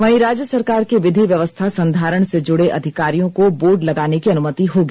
वहीं राज्य सरकार के विधि व्यवस्था संधारण से जुड़े अधिकारियों को बोर्ड लगाने की अनुमति होगी